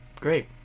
Great